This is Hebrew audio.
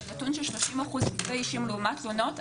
זה נתון של 30 אחוז כתבי אישום לעומת תלונות.